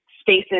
spaces